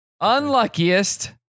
unluckiest